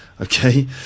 okay